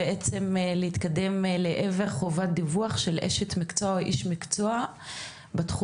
בעצם להתקדם לעבר חובת דיווח של אשת מקצוע או איש מקצוע בתחום